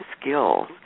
skills